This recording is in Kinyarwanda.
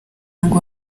ngo